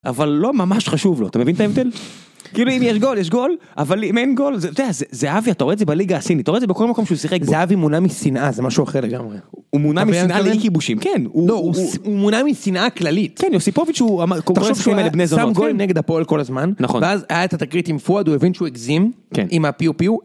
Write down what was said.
אבל לא ממש חשוב לו, אתה מבין את ההבדל? כאילו אם יש גול, יש גול, אבל אם אין גול, זה, זהביי, אתה רואה את זה בליגה הסינית, אתה רואה את זה בכל מקום שהוא שיחק, זהבי מונע משינאה, זה משהו אחר לגמרי, הוא מונע משינאה לכיבושים, כן, הוא מונע משינאה כללית, כן, יוסיפוביץ' הוא אמר, תחשוב שהוא אמר אלו בני זונות, שם גול נגד הפועל כל הזמן, נכון, ואז היה את התקרית עם פואד, הוא הבין שהוא הגזים, כן, עם הפיו-פיו.